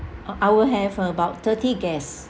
I will have about thirty guests